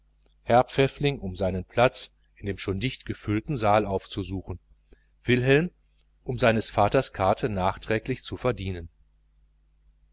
herr pfäffling um seinen platz in dem schon dicht gefüllten saal aufzusuchen wilhelm um seines vaters billet nachträglich zu verdienen